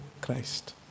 Christ